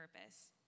purpose